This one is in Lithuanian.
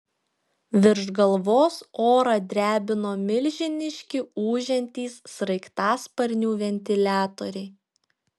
virš galvos orą drebino milžiniški ūžiantys sraigtasparnių ventiliatoriai